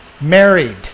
married